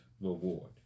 reward